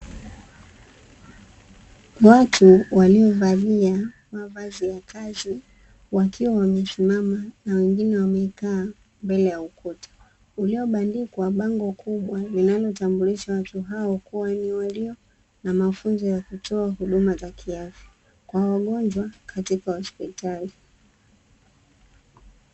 Watu waliovalia mavazi ya kazi, wakiwa wamesimama na wengine wamekaa mbele ya ukuta, uliobandikwa bango kubwa linalotambulisha watu hawa kuwa ni, walio na mafunzo ya kutoa huduma za kiafya, kwa wagonjwa katika hospitali.